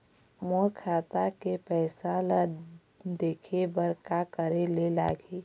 मोर खाता के पैसा ला देखे बर का करे ले लागही?